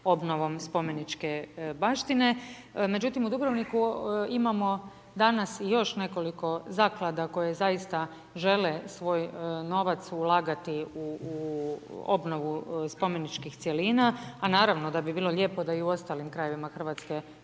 obnovom spomeničke baštine. Međutim, u Dubrovniku imamo danas još nekoliko zaklada koje zaista žele svoj novac ulagati u obnovu spomeničkih cjelina a naravno da bi bilo lijepo da i u ostalim krajevima Hrvatske